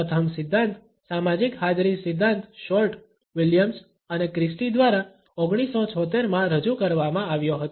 પ્રથમ સિદ્ધાંત સામાજિક હાજરી સિદ્ધાંત શોર્ટ વિલિયમ્સ અને ક્રિસ્ટી દ્વારા 1976 માં રજૂ કરવામાં આવ્યો હતો